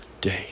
day